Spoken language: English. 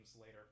later